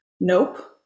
Nope